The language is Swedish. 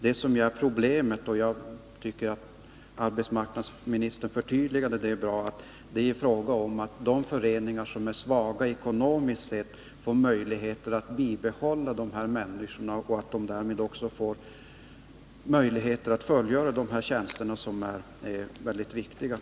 Vad som nu är väsentligt är — och jag tycker att arbetsmarknadsministern förtydligade det på ett bra sätt — att ekonomiskt svaga föreningar får möjligheter att bibehålla sina lönebidragsanställda och att dessa därmed får möjligheter att fullgöra de viktiga uppgifter som de har.